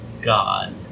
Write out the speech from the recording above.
God